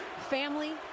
Family